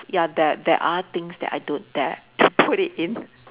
ya there there are things that I don't dare to put it in